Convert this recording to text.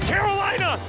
Carolina